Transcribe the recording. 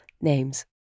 names